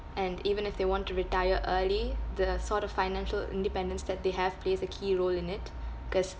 and even if they want to retire early the uh sort of financial independence that they have plays a key role in it cause